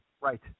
Right